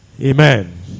Amen